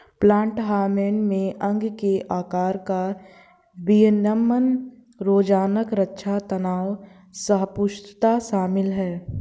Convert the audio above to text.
plant hormone में अंग के आकार का विनियमन रोगज़नक़ रक्षा तनाव सहिष्णुता शामिल है